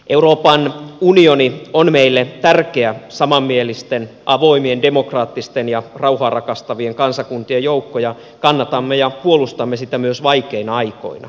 euroopan unioni on meille tärkeä samanmielisten avoimien demokraattisten ja rauhaa rakastavien kansakuntien joukko ja kannatamme ja puolustamme sitä myös vaikeina aikoina